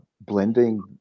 blending